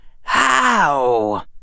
How